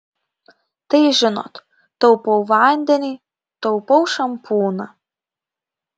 tai žinot taupau vandenį taupau šampūną